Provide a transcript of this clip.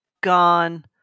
gone